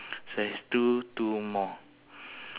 one window or two window